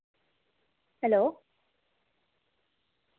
hello